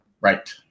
Right